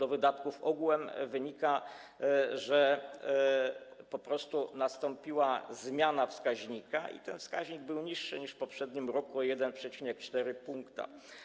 Z wydatków ogółem wynika, że po prostu nastąpiła zmiana wskaźnika i ten wskaźnik był niższy niż w poprzednim roku o 1,4 pkt.